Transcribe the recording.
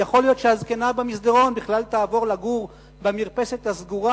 יכול להיות שהזקנה במסדרון בכלל תעבור לגור במרפסת הסגורה,